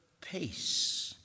peace